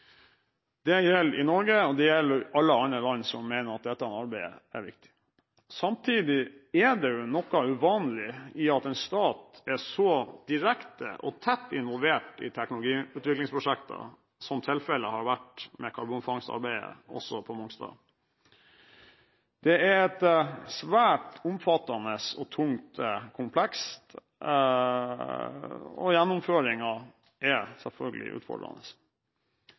Det gjelder i Norge, og det gjelder i alle andre land som mener at dette arbeidet er viktig. Samtidig er det noe uvanlig i at en stat er så direkte og tett involvert i teknologiutviklingsprosjekter som tilfellet har vært med karbonfangstarbeidet på Mongstad. Det er et svært omfattende og tungt kompleks, og gjennomføringen er selvfølgelig utfordrende.